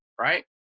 right